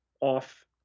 off